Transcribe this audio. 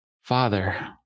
Father